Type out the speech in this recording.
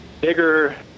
bigger